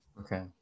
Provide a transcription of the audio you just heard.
okay